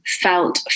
felt